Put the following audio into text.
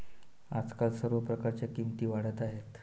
आजकाल सर्व प्रकारच्या किमती वाढत आहेत